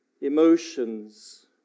emotions